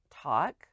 talk